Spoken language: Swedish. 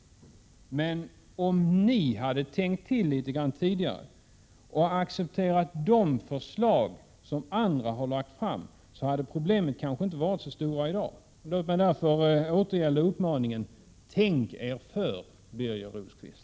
Men om ni socialdemokrater hade tänkt till litet grand tidigare och accepterat de förslag som andra har lagt fram, då hade problemen kanske inte varit så stora i dag. Låt mig därför återgälda uppmaningen: Tänk er för, Birger Rosqvist!